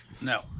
No